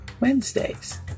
Wednesdays